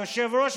היושב-ראש,